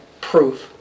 proof